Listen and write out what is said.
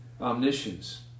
omniscience